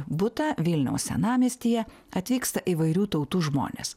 butą vilniaus senamiestyje atvyksta įvairių tautų žmonės